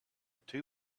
two